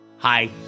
Hi